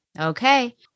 okay